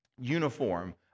uniform